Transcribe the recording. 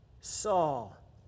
Saul